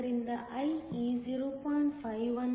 ಆದ್ದರಿಂದ IE 0